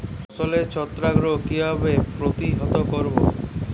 ফসলের ছত্রাক রোগ কিভাবে প্রতিহত করব?